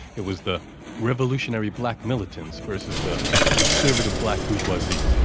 it was the revolutionary black militants versus the conservative black bourgeoisie,